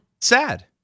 Sad